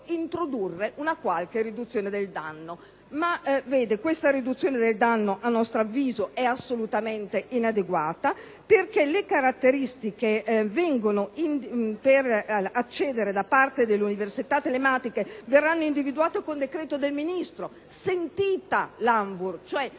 introdurre una qualche riduzione del danno. Ma questa riduzione del danno è, a nostro avviso, assolutamente inadeguata, perché le caratteristiche per l'accesso da parte delle università telematiche verranno individuate con decreto del Ministro, sentita l'ANVUR. Non